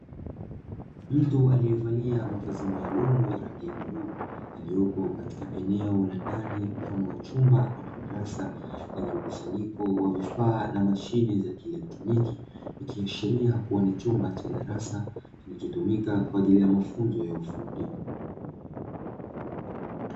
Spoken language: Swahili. Mtu aliyevalia mavazi maalumu ya rangi ya bluu aliopo katika eneo la ndani mfano wa chumba ama darasa, lenye mkusanyiko wa vifaa na mashine za kieletroniki, ikiashiria kuwa ni chumba cha darasa kinachotumika kwa ajili ya mafunzo ya ufundi.